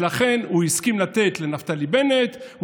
הוא הסכים לתת לנפתלי בנט,